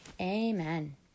amen